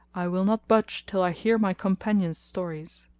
i will not budge till i hear my companions' stories.